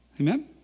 Amen